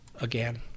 Again